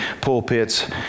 pulpits